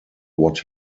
what